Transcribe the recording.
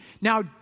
Now